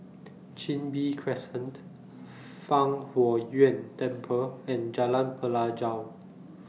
Chin Bee Crescent Fang Huo Yuan Temple and Jalan Pelajau